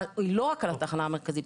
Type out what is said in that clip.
היא לא רק על התחנה המרכזית,